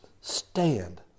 stand